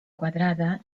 quadrada